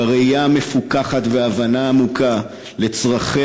בראייה המפוקחת וההבנה העמוקה של צרכיה